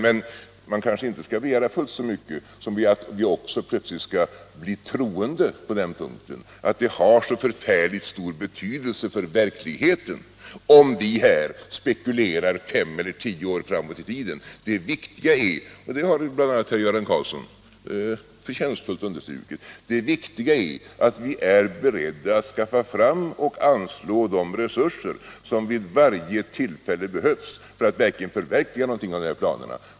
Men man kanske inte skall begära fullt så mycket som att vi också plötsligt skall bli troende på den här punkten, att det har så förfärligt stor betydelse för verkligheten om vi här spekulerar fem eller tio år framåt i tiden. Det viktiga är — och det har bl.a. herr Göran Karlsson förtjänstfullt understrukit — att vi är beredda att skaffa fram och anslå de resurser som vid varje tillfälle behövs för att förverkliga någonting av planerna.